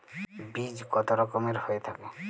বীজ কত রকমের হয়ে থাকে?